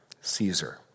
Caesar